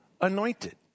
anointed